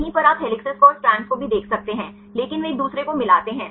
यहीं पर आप हेलिसेस कों और स्ट्रैंड्स को भी देख सकते हैं लेकिन वे एक दूसरे को मिलाते हैं